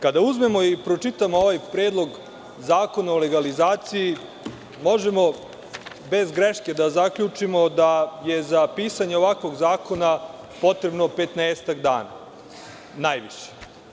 Kada uzmemo i pročitamo ovaj Predlog zakona o legalizaciji možemo bez greške da zaključimo da je za pisanje ovakvog zakona potrebno petnaestak dana najviše.